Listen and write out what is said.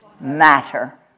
matter